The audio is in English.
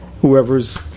whoever's